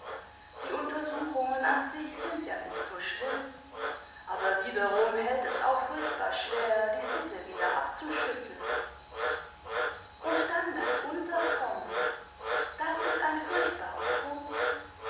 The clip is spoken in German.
die untersuchungen an sich sind ja nicht so schlimm aber wiederum hält es auch furchtbar schwer die sitte wieder abzuschütteln und dann das unterkommen das ist ein furchtbarer punkt